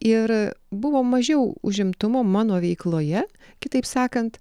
ir buvo mažiau užimtumo mano veikloje kitaip sakant